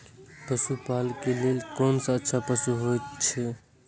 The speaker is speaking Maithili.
पशु पालै के लेल कोन अच्छा पशु होयत?